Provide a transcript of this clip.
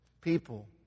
people